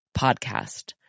podcast